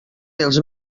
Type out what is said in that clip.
dels